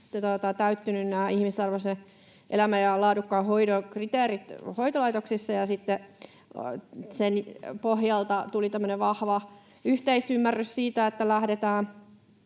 täyttyneet ihmisarvoisen elämän ja laadukkaan hoidon kriteerit hoitolaitoksissa. Sitten niiden pohjalta tuli tämmöinen vahva yhteisymmärrys siitä, että lähdetään